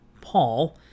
Paul